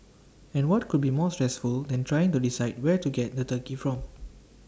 and what could be more stressful than trying to decide where to get the turkey from